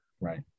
Right